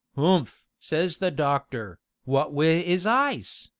humph! says the doctor, what wi is eyes,